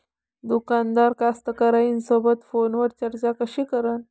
दुकानदार कास्तकाराइसोबत फोनवर चर्चा कशी करन?